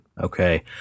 Okay